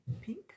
pink